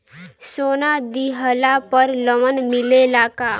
सोना दिहला पर लोन मिलेला का?